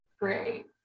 great